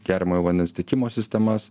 geriamojo vandens tiekimo sistemas